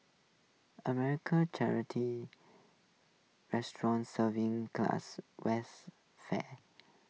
American charity restaurant serving classic western fare